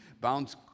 bounce